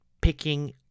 picking